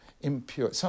impure